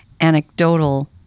anecdotal